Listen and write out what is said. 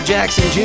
Jackson